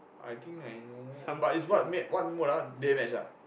I think I know but is what match what mode ah dead match ah